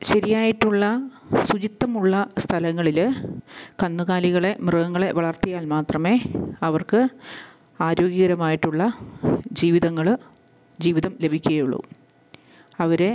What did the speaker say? ശരിയായിട്ടുള്ള ശുചിത്വമുള്ള സ്ഥലങ്ങളിൽ കന്നുകാലികളെ മൃഗങ്ങളെ വളർത്തിയാൽ മാത്രമേ അവർക്ക് ആരോഗ്യകരമായിട്ടുള്ള ജീവിതങ്ങൾ ജീവിതം ലഭിക്കുകയുള്ളൂ അവരെ